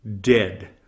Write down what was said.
dead